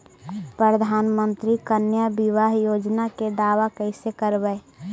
प्रधानमंत्री कन्या बिबाह योजना के दाबा कैसे करबै?